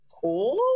cool